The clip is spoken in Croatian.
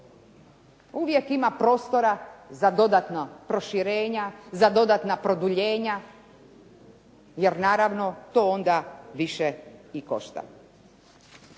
uvijek ima prostora za dodatna proširenja, za dodatna produljenja, jer naravno to onda više i košta.